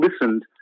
listened